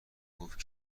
گفت